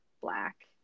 Black